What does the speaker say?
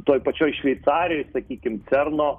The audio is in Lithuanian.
toj pačioj šveicarijoj sakykim cerno